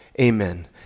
Amen